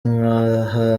ngaha